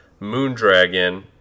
Moondragon